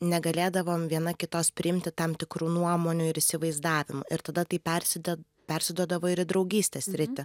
negalėdavom viena kitos priimti tam tikrų nuomonių ir įsivaizdavimų ir tada tai persida persiduodavo ir į draugystės sritį